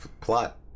plot